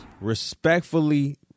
Respectfully